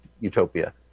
utopia